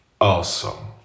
awesome